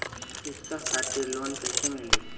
शिक्षा खातिर लोन कैसे मिली?